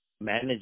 manage